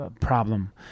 problem